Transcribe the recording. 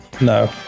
No